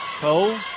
Cole